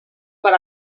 per